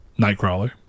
nightcrawler